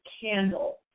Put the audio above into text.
candle